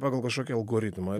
pagal kažkokį algoritmą